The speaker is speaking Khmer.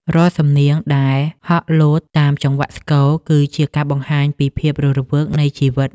រាល់សំនៀងដែលហក់លោតតាមចង្វាក់ស្គរ គឺជាការបង្ហាញពីភាពរស់រវើកនៃជីវិត។